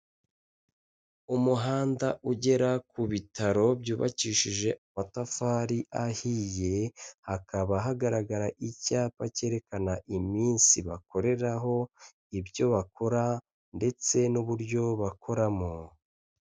Umuhanda ugera ku bitaro, byubakishije amatafari ahiye, hakaba hagaragara icyapa kerekana iminsi bakoreraho, ibyo bakora ndetse n'uburyo bakoramo.